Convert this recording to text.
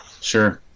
sure